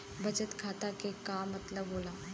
बचत खाता के का मतलब होला?